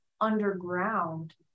underground